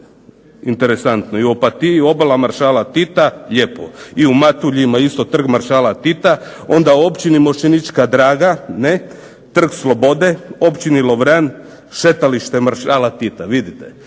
Interesantno i u Opatiji i obala maršala Tita lijepo. I u Matuljima isto Trg maršala Tita. Onda općini Moščenička Draga - Trg slobode, općini Lovran Šetalište maršala Tita. Vidite.